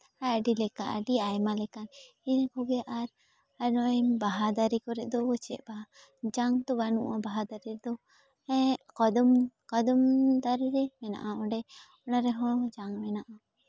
ᱟᱨ ᱟᱹᱰᱤ ᱞᱮᱠᱟ ᱟᱹᱰᱤ ᱟᱭᱢᱟ ᱞᱮᱠᱟ ᱤᱱᱟᱹ ᱠᱚᱜᱮ ᱟᱨ ᱟᱨ ᱱᱚᱜᱼᱚᱭ ᱵᱟᱦᱟ ᱫᱟᱨᱮ ᱠᱚᱨᱮᱜ ᱫᱚ ᱪᱮᱫ ᱵᱟᱦᱟ ᱡᱟᱝ ᱛᱚ ᱵᱟᱹᱱᱩᱜᱼᱟ ᱵᱟᱦᱟ ᱫᱟᱨᱮ ᱨᱮᱫᱚ ᱮᱸᱜ ᱠᱚᱫᱚᱢ ᱠᱚᱫᱚᱢ ᱫᱟᱨᱮ ᱨᱮ ᱢᱮᱱᱟᱜᱼᱟ ᱚᱸᱰᱮ ᱚᱱᱟ ᱨᱮᱦᱚᱸ ᱡᱟᱝ ᱢᱮᱱᱟᱜᱼᱟ